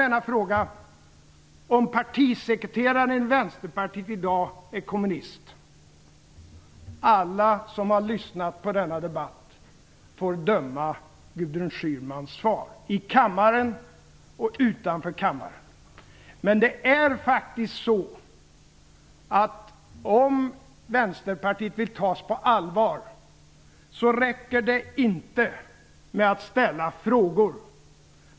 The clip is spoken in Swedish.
Är partisekreteraren i Vänsterpartiet i dag kommunist? Alla som har lyssnat på denna debatt får döma av Gudrun Schymans svar, både här i kammaren och utanför. Men om Vänsterpartiet vill tas på allvar räcker det inte med att ställa frågor.